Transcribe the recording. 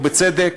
ובצדק,